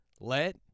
Let